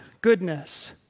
goodness